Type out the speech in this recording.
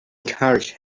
encouraged